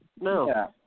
no